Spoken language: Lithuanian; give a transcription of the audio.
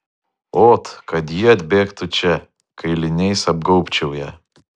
ot kad ji atbėgtų čia kailiniais apgaubčiau ją